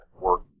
work